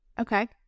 Okay